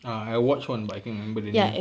ah I watch one but I can't remember the name